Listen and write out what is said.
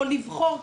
או לבחור,